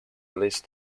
list